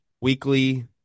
Weekly